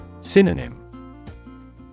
Synonym